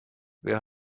wer